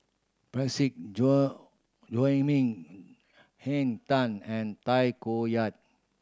Parsick John Joaquim Henn Tan and Tay Koh Yat